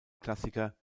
klassiker